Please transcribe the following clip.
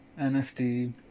NFT